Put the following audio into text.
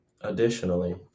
Additionally